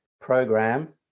program